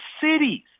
cities